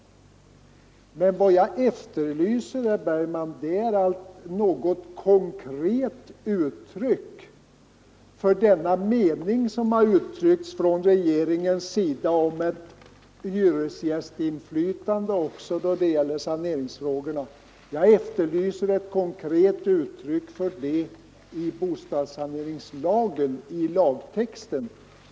Men vad jag efterlyser, herr Bergman, är något konkret uttryck för regeringens mening om hyresgästinflytande också då det gäller saneringsfrågorna. Jag efterlyser ett konkret uttryck för detta i bostadssaneringslagen — i själva lagtexten.